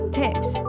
tips